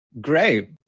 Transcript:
Great